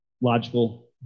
logical